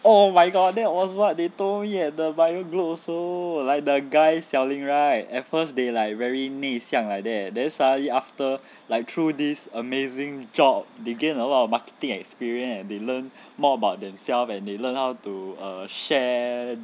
oh my god that was what they told me eh the bio-globe also like the guy selling right at first they like very 内向 like there then suddenly after like through this amazing job they gain a lot of marketing experience and they learn more about themselves and they learn how to err share